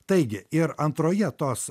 taigi ir antroje tos